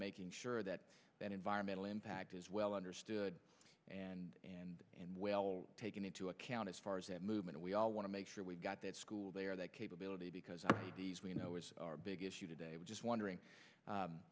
making sure that that environmental impact is well understood and and and well taken into account as far as that movement we all want to make sure we've got that school there that capability because you know as our big issue today we're just wondering